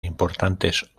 importantes